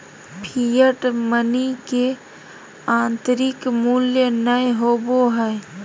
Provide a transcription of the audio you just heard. fiat money के आंतरिक मूल्य नय होबो हइ